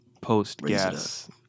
post-gas